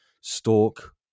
stalk